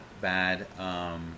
bad